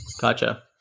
Gotcha